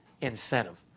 incentive